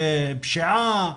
פשיעה,